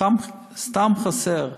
סתם חסר.